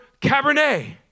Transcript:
Cabernet